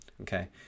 okay